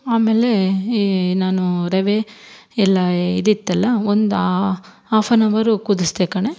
ಆಮೇಲೆ ಈ ನಾನು ರವೆ ಎಲ್ಲ ಇದಿತ್ತಲ್ಲ ಒಂದು ಆ ಹಾಫ್ ಆನ್ ಅವರ್ರು ಕುದಿಸಿದೆ ಕಣೆ